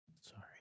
Sorry